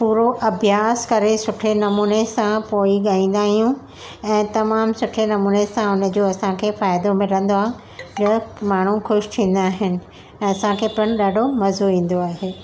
पूरो अभ्यास करे सुठे नमूने सां पोइ ई ॻाईंदा आहियूं ऐं तमामु सुठे नमूने सां हुनजो असांखे फ़ाइदो मिलंदो आहे मतलबु माण्हू ख़ुशि थींदा आहिनि असांखे पिणु ॾाढो मज़ो ईंदो आहे